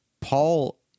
Paul